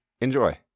Enjoy